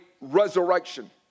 resurrection